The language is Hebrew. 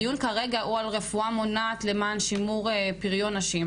הדיון כרגע הוא על רפואה מונעת למען שימור פריון נשים,